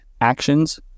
actions